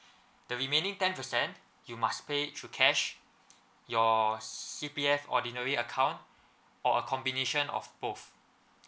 the remaining ten percent you must pay through cash your C_P_F ordinary account or a combination of both